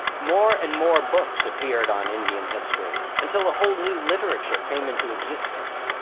more and more books appeared on indian history, until a whole new literature came into existence.